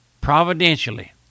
providentially